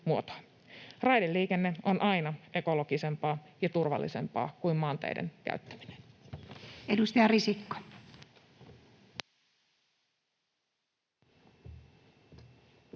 Raideliikenne on aina ekologisempaa ja turvallisempaa kuin maanteiden käyttäminen.